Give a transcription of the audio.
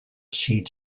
seed